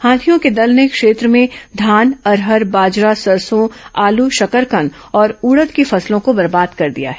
हाथियों के दल ने क्षेत्र में धान अरहर बाजरा सरसो आलू शकरकंद और उड़द की फसलों को बर्बाद कर दिया है